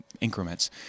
increments